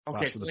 Okay